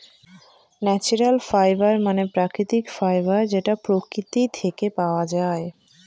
natural fibre মানে প্রাকৃতিক fibre যেটা প্রকৃতি থেকে পাওয়া যায়